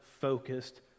focused